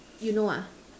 you know ah